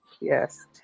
yes